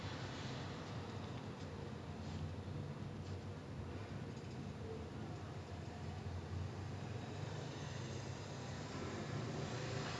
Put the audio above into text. like err wait என்னோட:ennoda first time I never vomitted ஆனா:aanaa like எல்லா:ellaa drinkers கு எனக்கு தெரிஞ்ச வரைக்கும்:ku enakku therinja varaikkum the experience இருக்கு:irukku leh like you know how they say in every advertisement drink responsibly